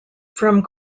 from